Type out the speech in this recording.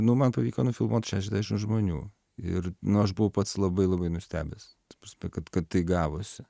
nu man pavyko nufilmuot šešiasdešimt žmonių ir nu aš buvau pats labai labai nustebęs ta prasme kad kad tai gavosi